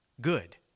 good